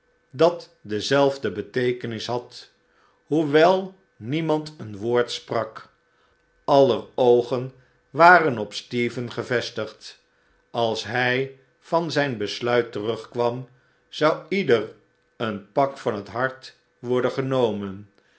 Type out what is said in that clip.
dat dezelfde beteekenis had hoewel niemand een woord sprak aller oogen waren op stephen gevestigd als hij van zijn besluit terugkwam zou ieder een pak van het hart worden genomen